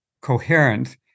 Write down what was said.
coherent